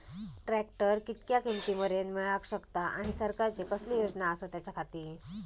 Tractor कितक्या किमती मरेन मेळाक शकता आनी सरकारचे कसले योजना आसत त्याच्याखाती?